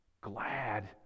glad